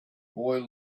boy